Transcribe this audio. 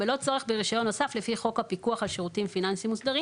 בלא צורך ברישיון נוסף לפי חוק הפיקוח על שירותים פיננסיים מוסדרים".